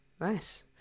nice